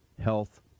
health